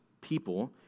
people